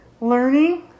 learning